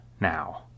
now